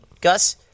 Gus